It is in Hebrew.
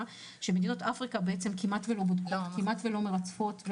הוא שמדינות אפריקה כמעט לא בודקות וכמעט לא מרצפות.